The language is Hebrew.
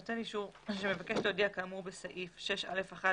נותן אישור שמבקש להודיע כאמור בסעיף 6א1(ז1)(6)(א),